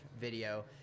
video